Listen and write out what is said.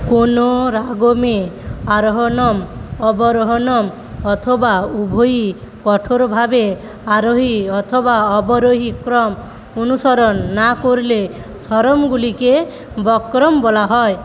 কোনো রাগমে আরোহণম অবরোহণম অথবা উভয়ই কঠোরভাবে আরোহী অথবা অবরোহী ক্রম অনুসরণ না করলে স্বরমগুলিকে বক্রম বলা হয়